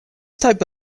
type